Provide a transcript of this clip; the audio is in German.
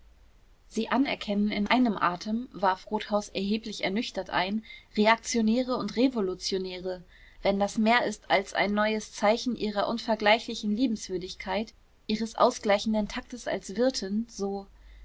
sie anerkennen in einem atem warf rothausen erheblich ernüchtert ein reaktionäre und revolutionäre wenn das mehr ist als ein neues zeichen ihrer unvergleichlichen liebenswürdigkeit ihres ausgleichenden taktes als wirtin so